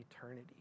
eternity